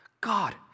God